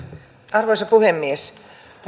arvoisa puhemies